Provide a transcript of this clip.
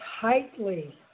tightly